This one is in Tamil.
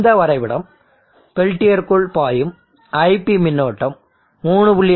இந்த வரைபடம் பெல்டியருக்குள் பாயும் iP மின்னோட்டம் 3